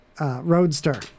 Roadster